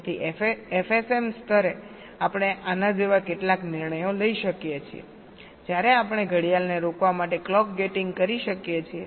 તેથી FSM સ્તરે આપણે આના જેવા કેટલાક નિર્ણયો લઈ શકીએ છીએ જ્યારે આપણે ઘડિયાળને રોકવા માટે ક્લોક ગેટિંગ કરી શકીએ છીએ